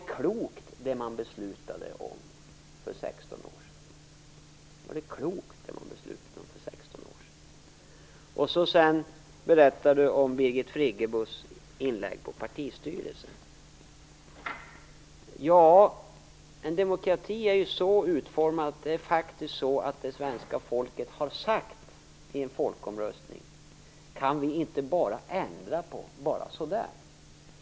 Ni frågar om det som beslutades för 16 år sedan var klokt. Torsten Gavelin berättade sedan om Birgit Friggebos inlägg på partistyrelsemötet. En demokrati är ju så utformad att det som det svenska folket har sagt i en folkomröstning inte går att ändra på utan vidare.